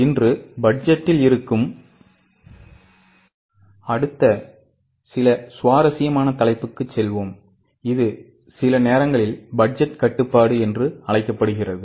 இன்று பட்ஜெட்டில் இருக்கும் அடுத்த சில சுவாரஸ்யமான தலைப்புக்கு செல்வோம் இது சில நேரங்களில் பட்ஜெட் கட்டுப்பாடு என்று அழைக்கப்படுகிறது